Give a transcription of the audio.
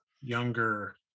younger